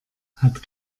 hat